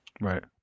Right